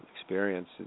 experience